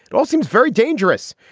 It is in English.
it all seems very dangerous.